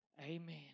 Amen